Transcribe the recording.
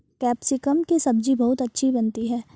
capsicum की सब्जी बहुत अच्छी बनती है